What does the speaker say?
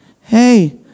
Hey